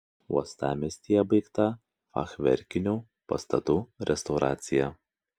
uostamiestyje baigta fachverkinių pastatų restauracija